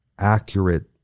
accurate